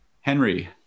Henry